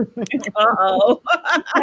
Uh-oh